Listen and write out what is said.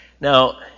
Now